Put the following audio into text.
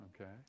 okay